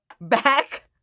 Back